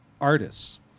artists